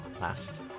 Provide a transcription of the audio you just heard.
last